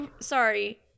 sorry